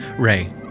Ray